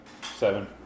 Seven